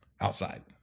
outside